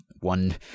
one